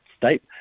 state